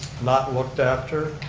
not looked after.